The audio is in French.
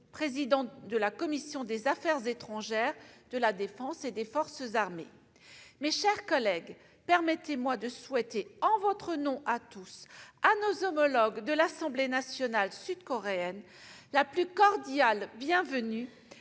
président de la commission des affaires étrangères, de la défense et des forces armées. Mes chers collègues, permettez-moi de souhaiter, en votre nom à tous, à nos homologues de l'Assemblée nationale sud-coréenne, la plus cordiale bienvenue,